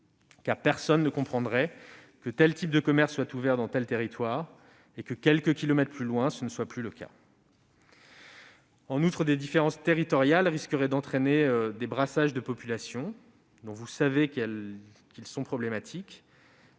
car personne ne comprendrait que tel type de commerce soit ouvert dans tel territoire et que, quelques kilomètres plus loin, ce ne soit plus le cas. En outre, des différences territoriales risqueraient d'entraîner des brassages de populations problématiques